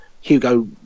Hugo